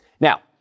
Now